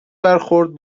برخورد